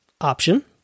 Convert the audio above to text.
option